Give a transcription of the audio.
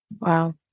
Wow